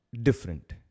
different